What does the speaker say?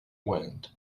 wind